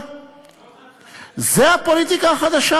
זה הפוליטיקה החדשה?